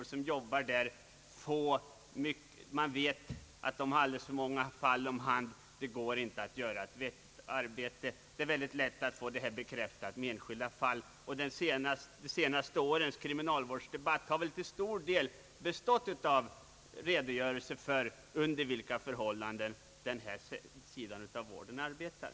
Vi vet att var och en som arbetar där har alltför många fall att ta hand om. De kan inte utföra ett vettigt arbete. De senaste årens kriminalvårdsdebatt har väl också till stor del bestått av redogörelser för under vilka förhållanden denna sida av vården arbetar.